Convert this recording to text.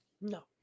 No